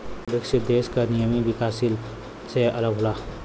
विकसित देश क नियम विकासशील से अलग होला